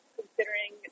considering